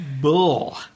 bull